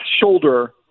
shoulder